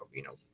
you know,